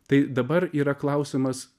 tai dabar yra klausimas